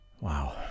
Wow